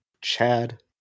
Chad